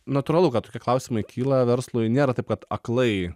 natūralu kad tokie klausimai kyla verslui nėra taip kad aklai